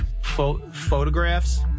photographs